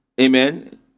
Amen